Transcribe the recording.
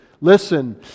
listen